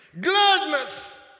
Gladness